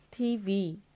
TV